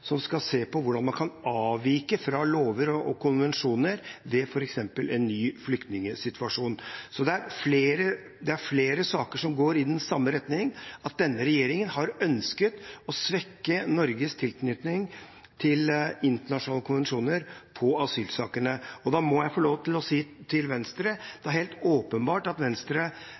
som skal se på hvordan man kan avvike fra lover og konvensjoner ved f.eks. en ny flyktningsituasjon. Det er flere saker som går i samme retning: at denne regjeringen har ønsket å svekke Norges tilknytning til internasjonale konvensjoner i asylsakene. Da må jeg få lov til å si til Venstre: Det er helt åpenbart at Venstre